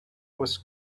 was